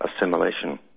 assimilation